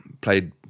played